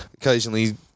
occasionally